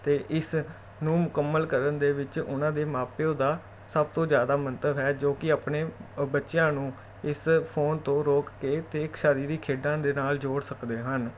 ਅਤੇ ਇਸ ਨੂੰ ਮੁਕੰਮਲ ਕਰਨ ਦੇ ਵਿੱਚ ਉਹਨਾਂ ਦੇ ਮਾਂ ਪਿਓ ਦਾ ਸਭ ਤੋਂ ਜ਼ਿਆਦਾ ਮੰਤਵ ਹੈ ਜੋ ਕਿ ਆਪਣੇ ਅ ਬੱਚਿਆਂ ਨੂੰ ਇਸ ਫੋਨ ਤੋਂ ਰੋਕ ਕੇ ਅਤੇ ਸਰੀਰਿਕ ਖੇਡਾਂ ਦੇ ਨਾਲ ਜੋੜ ਸਕਦੇ ਹਨ